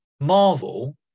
marvel